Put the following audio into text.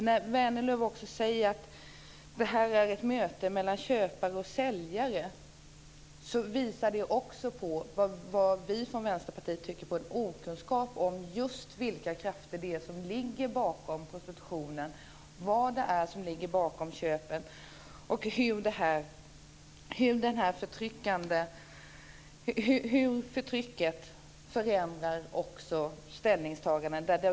När Vänerlöv nu säger att det är ett möte mellan köpare och säljare visar det på vad vi från Vänsterpartiet tycker är en okunskap om just vilka krafter det är som ligger bakom prostitutionen, vad det är som ligger bakom köpen och hur förtrycket förändrar också ställningstagandena.